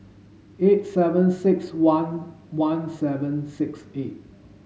eight seven six one one seven six eight